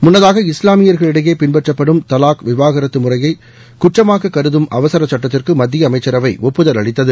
முன்னதாக இஸ்லாமியர்களிடையே பின்பற்றப்படும் தலாக் விவாகரத்து முறையை குற்றமாக கருதும் அவசர சட்டத்திற்கு மத்திய அமைச்சரவை ஒப்புதல் அளித்தது